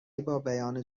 بیان